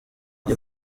iri